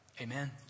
Amen